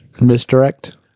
Misdirect